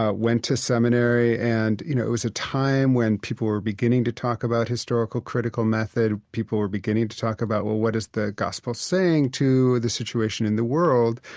ah went to seminary and, you know, it was a time when people were beginning to talk about historical critical method. people were beginning to talk about, well, what is the gospel saying to the situation in the world?